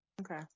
Okay